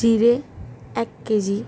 জিরে এক কেজি